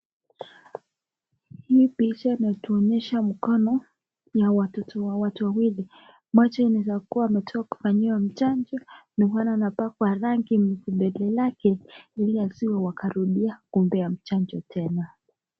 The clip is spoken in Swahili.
Hii picha inatuonyesha mkono ya watoto wawili . Mmoja anaweza kuwa ametoka kufanyiwa chanjo ndo maana anapakwa rangi vidole vyake ili wasiweze kurudia kupewa chanjo tena.